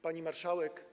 Pani Marszałek!